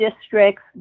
districts